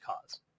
cause